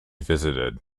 visited